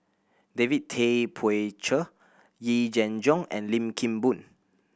David Tay Poey Cher Yee Jenn Jong and Lim Kim Boon